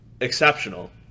exceptional